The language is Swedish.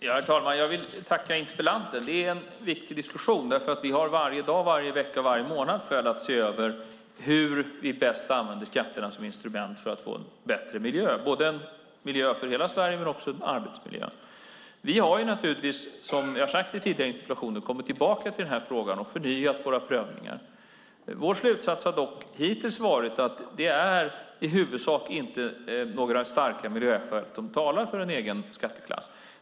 Herr talman! Jag vill tacka interpellanten. Detta är en viktig diskussion. Vi har varje dag, varje vecka och varje månad skäl att se över hur vi bäst använder skatterna som instrument för att få en bättre miljö - både en miljö för hela Sverige och en arbetsmiljö. Som jag har sagt i tidigare interpellationsdebatter har vi kommit tillbaka till denna fråga och förnyat våra prövningar. Vår slutsats har dock hittills varit att det i huvudsak inte finns några starka miljöskäl som talar för en egen skatteklass.